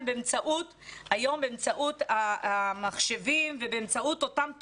היום באמצעות המחשבים ובאמצעות אותן תוכנות.